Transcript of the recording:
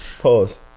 Pause